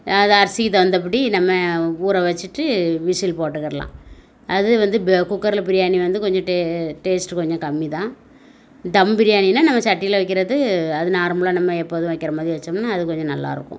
அதை அரிசிக்கு தகுந்தபடி நம்ம ஊற வச்சுட்டு விசில் போட்டுக்கிடலாம் அது வந்து ப குக்கரில் பிரியாணி வந்து கொஞ்சம் டே டேஸ்ட்டு கொஞ்சம் கம்மி தான் தம் பிரியாணினால் நம்ம சட்டியில் வைக்கிறது அது நார்மலாக நம்ம எப்போதும் வைக்கிற மாதிரி வச்சோம்னால் அது கொஞ்சம் நல்லா இருக்கும்